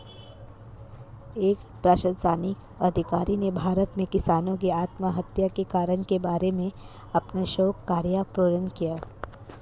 एक प्रशासनिक अधिकारी ने भारत में किसानों की आत्महत्या के कारण के बारे में अपना शोध कार्य पूर्ण किया